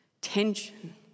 tension